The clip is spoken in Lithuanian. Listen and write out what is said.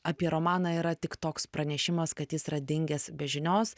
apie romaną yra tik toks pranešimas kad jis yra dingęs be žinios